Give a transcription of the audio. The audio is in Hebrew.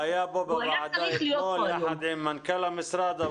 הוא היה פה בוועדה יחד עם מנכ"ל המשרד.